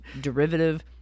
derivative